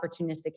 opportunistic